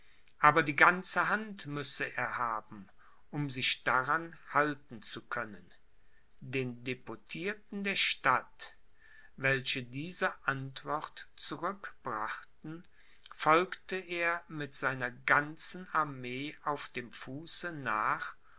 aber die ganze hand müsse er haben um sich daran halten zu können den deputierten der stadt welche diese antwort zurück brachten folgte er mit seiner ganzen armee auf dem fuße nach